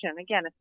Again